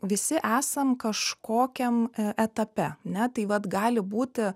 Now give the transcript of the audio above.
visi esam kažkokiam etape ane tai vat gali būti